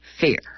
fear